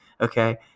Okay